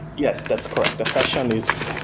yes, that's correct, the session is,